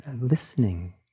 listening